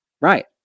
Right